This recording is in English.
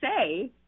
say